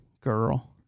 Girl